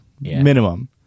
Minimum